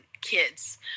kids